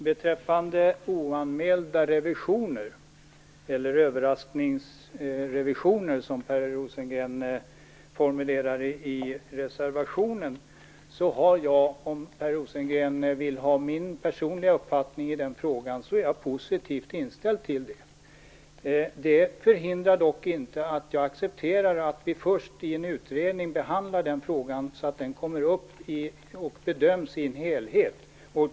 Herr talman! Beträffande oanmälda revisioner eller överraskningsrevisioner, som Per Rosengren formulerar det i reservationen, är jag positivt inställd till detta, om Per Rosengren vill ha min personliga uppfattning i den frågan. Det förhindrar dock inte att jag accepterar att vi först i en utredning behandlar den frågan, så att den kommer upp och bedöms i en helhet.